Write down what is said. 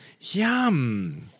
Yum